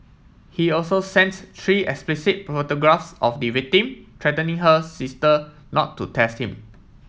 he also sent three explicit photographs of the victim threatening her sister not to test him